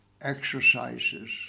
exercises